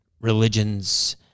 religions